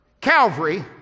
Calvary